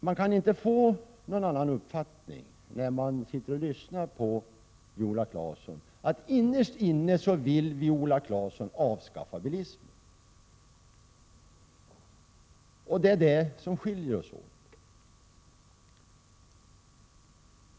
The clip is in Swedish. Jag kan inte få någon annan uppfattning när jag lyssnar på Viola Claesson än att hon innerst inne vill avskaffa bilismen, och det är det som skiljer oss åt.